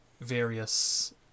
various